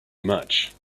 much